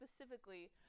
specifically